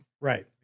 right